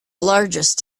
largest